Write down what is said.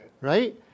right